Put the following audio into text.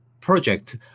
project